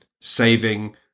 saving